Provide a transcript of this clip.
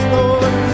Lord